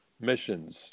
missions